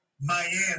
Miami